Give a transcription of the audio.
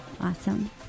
Awesome